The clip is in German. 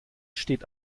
steht